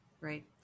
Right